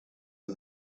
are